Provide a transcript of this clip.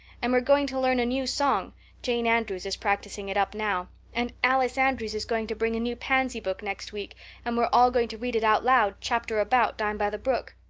and we're going to learn a new song jane andrews is practicing it up now and alice andrews is going to bring a new pansy book next week and we're all going to read it out loud, chapter about, down by the brook.